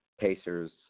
Pacers